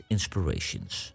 Inspirations